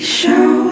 show